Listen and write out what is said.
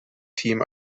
team